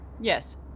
Yes